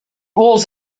was